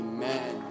Amen